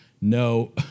no